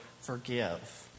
forgive